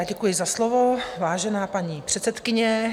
Děkuji za slovo, vážená paní předsedkyně.